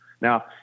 Now